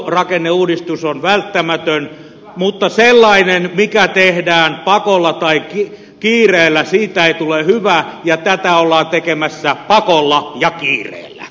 kuntarakenneuudistus on välttämätön mutta sellaisesta mikä tehdään pakolla tai kiireellä ei tule hyvä ja tätä ollaan tekemässä pakolla ja kiireellä